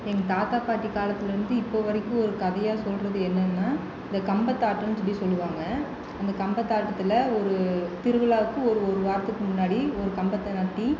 எங்கள் தாத்தா பாட்டி காலத்தில் இருந்து இப்போது வரைக்கும் ஒரு கதையாக சொல்வது என்னன்னா இந்த கம்பத்தாட்டுனு சொல்லி சொல்வாங்க அந்த கம்பத்து ஆட்டத்தில் ஒரு திருவிழாக்கு ஒரு ஒரு வாரத்துக்கு முன்னாடி ஒரு கம்பத்தை நட்டு